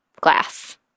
glass